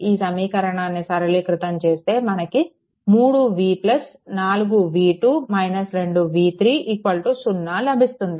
ఈ సమీకరణాన్ని సరళీకృతం చేస్తే మనకు 3v 4v2 2v3 0 లభిస్తుంది